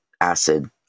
acid